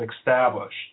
established